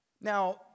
Now